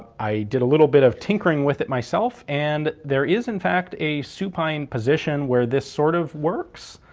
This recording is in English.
i did a little bit of tinkering with it myself and there is in fact a supine position where this sort of works.